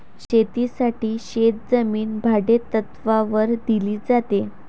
शेतीसाठी शेतजमीन भाडेतत्त्वावर दिली जाते